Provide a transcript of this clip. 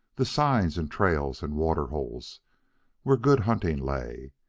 the signs and trails and water-holes where good hunting lay,